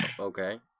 Okay